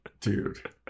Dude